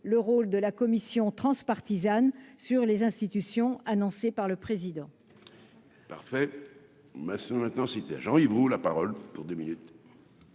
par la commission transpartisane sur les institutions, annoncée par le Président